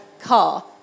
car